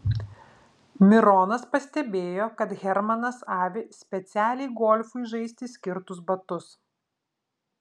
mironas pastebėjo kad hermanas avi specialiai golfui žaisti skirtus batus